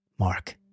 Mark